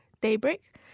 Daybreak